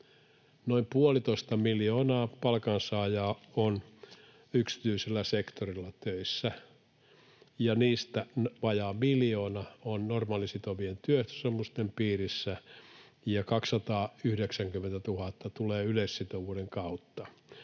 Noin puolitoista miljoonaa palkansaajaa on yksityisellä sektorilla töissä, ja heistä vajaa miljoona on normaalisitovien työehtosopimusten piirissä, 290 000 tulee yleissitovuuden kautta